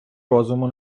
розуму